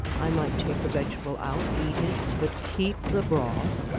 i might take the vegetable out, eat it but keep the broth.